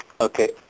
Okay